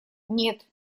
нет